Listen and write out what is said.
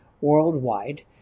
worldwide